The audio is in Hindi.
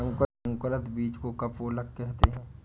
अंकुरित बीज को कोपल कहते हैं